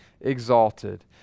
exalted